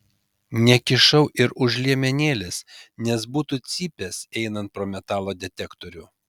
nekišau ir už liemenėlės nes būtų cypęs einant pro metalo detektorių